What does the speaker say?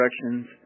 directions